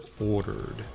ordered